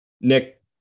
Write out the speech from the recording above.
Nick